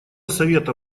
совета